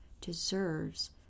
deserves